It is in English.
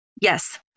yes